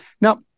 Now